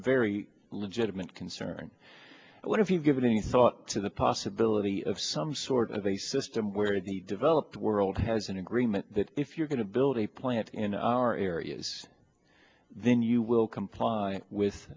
very legitimate concern but if you've given any thought to the possibility of some sort of a system where the developed world has an agreement that if you're going to build a plant in our areas then you will comply with